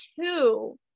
two